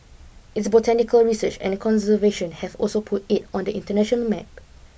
its botanical research and conservation have also put it on the international map